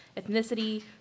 ethnicity